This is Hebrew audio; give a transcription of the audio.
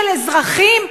של אזרחים?